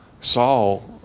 Saul